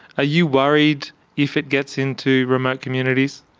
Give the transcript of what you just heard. you worried if it gets into remote communities?